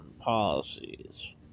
policies